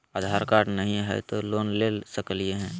आधार card नही हय, तो लोन ले सकलिये है?